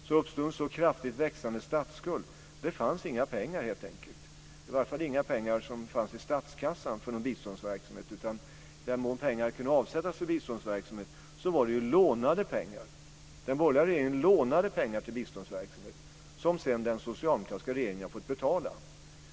Det uppstod en kraftigt växande statsskuld. Det fanns inga pengar för biståndsverksamhet, helt enkelt, åtminstone inga pengar i statskassan. I den mån pengar kunde avsättas för biståndsverksamhet var det lånade pengar. Den borgerliga regeringen lånade pengar till biståndsverksamhet, som sedan den socialdemokratiska regeringen har fått betala.